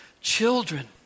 children